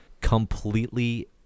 completely